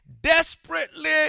desperately